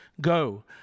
Go